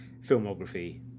filmography